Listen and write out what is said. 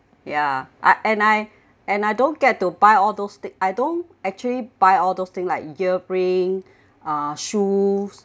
ya and I and I don't get to buy all those things I don't actually buy all those thing like earring uh shoes